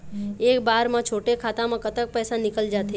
एक बार म छोटे खाता म कतक पैसा निकल जाथे?